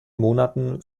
monaten